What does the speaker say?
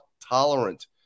tolerant